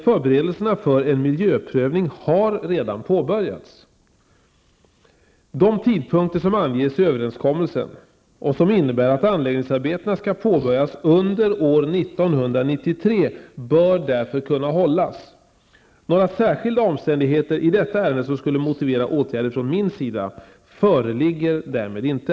Förberedelserna för en miljöprövning har redan påbörjats. De tidpunkter som anges i överenskommelsen, och som innebär att anläggningsarbetena skall påbörjas under år 1993, bör därför kunna hållas. Några särskilda omständigheter i detta ärende som skulle motivera åtgärder från min sida föreligger därmed inte.